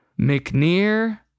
McNear